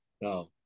no